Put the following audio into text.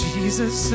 Jesus